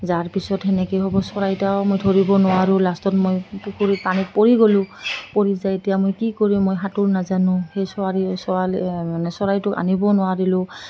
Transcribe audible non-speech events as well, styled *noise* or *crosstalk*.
যোৱাৰ পিছত সেনেকৈ হ'ব চৰাইটোও মই ধৰিব নোৱাৰোঁ লাষ্টত মই পুখুৰীত পানীত পৰি গ'লোঁ পৰি যায় এতিয়া মই কি কৰি মই সাঁতোৰ নাজানো সেই *unintelligible* মানে চৰাইটোক আনিব নোৱাৰিলোঁ